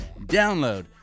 Download